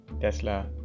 Tesla